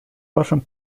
вашим